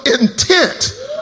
intent